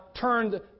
turned